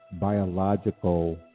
biological